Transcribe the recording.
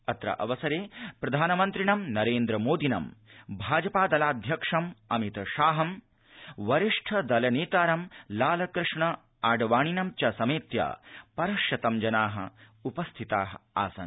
अत्रावसरे प्रधानमन्त्रिणं नरेन्द्र मोदिनं भाजपा दलाध्यक्षम् अमित शाहं वरिष्ठं दलनेतारं लालकृष्ण आडवाणिनं च समेत्य परश्शतं जना उपस्थिता आसन्